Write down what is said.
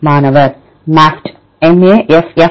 மாணவர் MAFFT